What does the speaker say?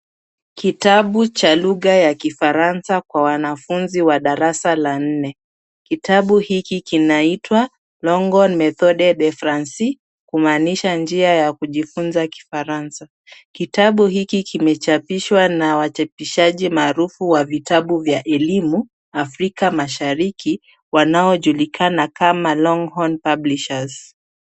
Kitabu cha lugha ya kifaransa kwa wanafunzi wa darasa la nne. Kitabu hiki kinaitwa Longhorn Methode de Francais kumaanisha njia ya kujifunza Kifaransa. Kitabu hiki kimechapishwa na wachapishaji maarufu wa vitabu vya elimu Afrika mashariki wanaojulikana kama Longhorn publishers .